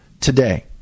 today